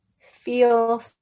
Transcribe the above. feel